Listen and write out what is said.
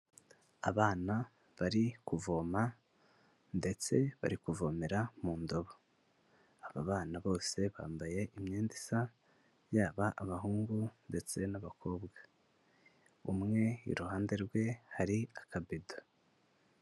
Abana bari kuvoma ndetse bari kuvomera mu ndobo, aba bana bose bambaye imyenda isa yaba abahungu ndetse n'abakobwa, umwe iruhande rwe hari akabido.